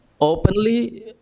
openly